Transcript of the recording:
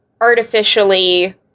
artificially